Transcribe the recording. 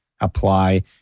apply